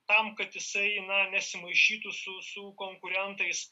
tam kad jisai na nesimaišytų su su konkurentais